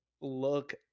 look